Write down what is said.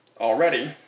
already